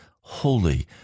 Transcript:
holy